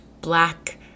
black